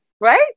right